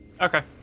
Okay